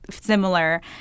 similar